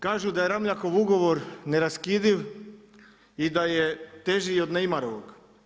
Kažu da je Ramljakov ugovor neraskidiv i da je teži i od Neymarovog.